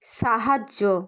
সাহায্য